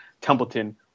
Templeton